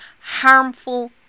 harmful